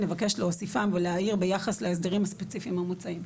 נבקש להוסיפם ולהעיר ביחס להסדרים הספציפיים המוצעים.